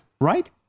Right